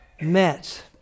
met